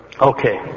Okay